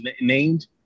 named